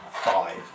five